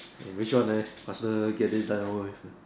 hey which one leh faster get this done over with